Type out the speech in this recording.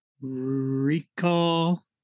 Recall